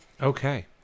Okay